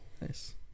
Nice